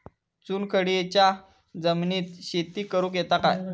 चुनखडीयेच्या जमिनीत शेती करुक येता काय?